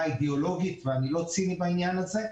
האידיאולוגית ואני לא ציני בעניין הזה.